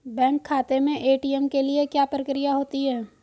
Bank खाते में ATM के लिए क्या प्रक्रिया होती है?